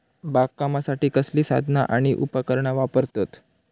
बागकामासाठी कसली साधना आणि उपकरणा वापरतत?